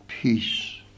peace